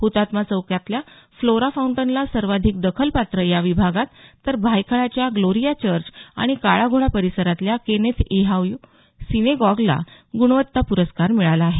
हुतात्मा चौकातल्या फ्लोरा फाउंटनला सर्वाधिक दखलपात्र या विभागात तर भायखळ्याच्या ग्लोरिया चर्च आणि काळा घोडा परिसरातल्या केनेथ ईयाहू सिनेगॉगला गुणवत्ता पुरस्कार मिळाला आहे